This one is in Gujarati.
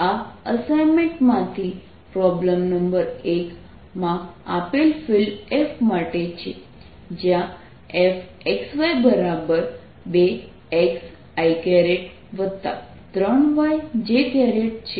આ અસાઇનમેન્ટ માંથી પ્રોબ્લેમ નંબર 1 માં આપેલ ફિલ્ડ F માટે છે જ્યાં Fxy2xi3yj છે